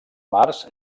març